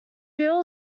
wheel